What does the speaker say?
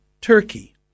Turkey